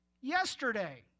yesterday